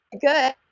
good